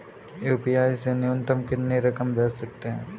UPI से न्यूनतम कितनी रकम भेज सकते हैं?